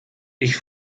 ich